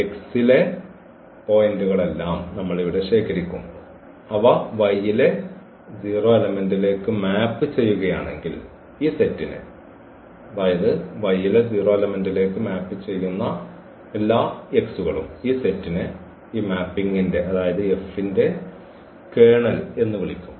X ലെ ഈ പോയിന്റുകളെല്ലാം നമ്മൾ ഇവിടെ ശേഖരിക്കും അവ Y ലെ 0 എലമെന്റ്ലേക്ക് മാപ്പ് ചെയ്യുകയാണെങ്കിൽ ഈ സെറ്റിനെ ഈ മാപ്പിംഗ് F ന്റെ കേർണൽ എന്ന് വിളിക്കും